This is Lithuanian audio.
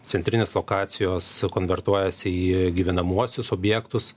centrinės lokacijos konvertuojasi į gyvenamuosius objektus